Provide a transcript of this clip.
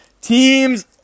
teams